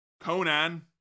conan